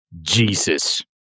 Jesus